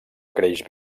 creix